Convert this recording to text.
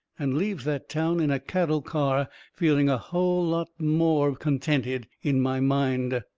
and leaves that town in a cattle car, feeling a hull lot more contented in my mind.